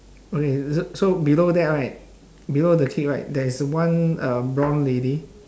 okay so so below that right below the kid right there is one uh brown lady